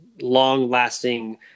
Long-lasting